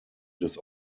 des